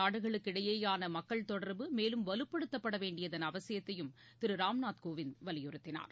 நாடுகளுக்கிடையேயானமக்கள் தொடர்பு மேலும் வலுப்படுத்தப்படவேண்டியதன் இரு அவசியத்தையும் திருராம்நாத் கோவிந்த் வலியுறுத்தினார்